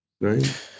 right